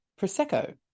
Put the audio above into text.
prosecco